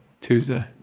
Tuesday